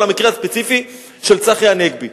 על המקרה הספציפי של צחי הנגבי.